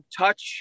touch